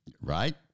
right